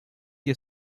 est